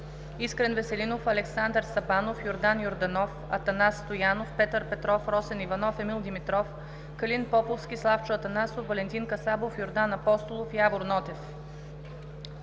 Искрен Веселинов, Александър Сабанов, Йордан Йорданов, Атанас Стоянов, Петър Петров, Росен Иванов, Емил Димитров, Калин Поповски, Славчо Атанасов, Валентин Касабов, Йордан Апостолов и Явор Нотев: